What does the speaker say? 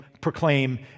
proclaim